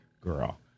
girl